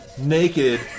naked